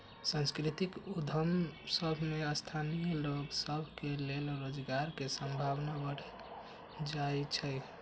सांस्कृतिक उद्यम सभ में स्थानीय लोग सभ के लेल रोजगार के संभावना बढ़ जाइ छइ